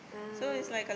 ah